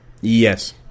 Yes